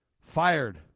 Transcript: fired